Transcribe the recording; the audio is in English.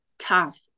tough